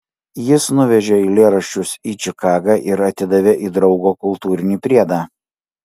jis nuvežė eilėraščius į čikagą ir atidavė į draugo kultūrinį priedą